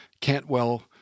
Cantwell